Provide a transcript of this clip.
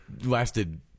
lasted